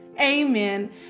Amen